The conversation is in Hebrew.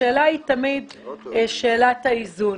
השאלה היא תמיד שאלת האיזון.